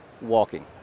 walking